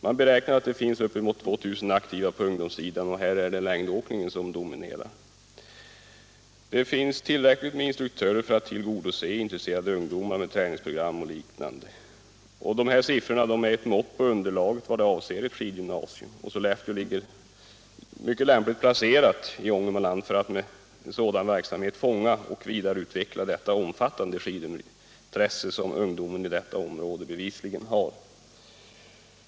Man beräknar att det finns uppemot 2000 aktiva på ungdomssidan, och det är längdåkningen som dominerar. Det finns tillräckligt med instruktörer för att tillgodose intresserade ungdomar med träningsprogram eller liknande. De här siffrorna är ett mått på underlaget vad avser ett skidgymnasium, och Sollefteå ligger mycket lämpligt placerat i Ångermanland för att med en sådan verksamhet fånga och vidareutveckla det omfattande skidintresse som ungdomen i detta område bevisligen har.